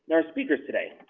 our speakers today.